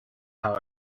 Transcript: how